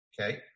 Okay